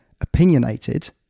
opinionated